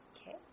okay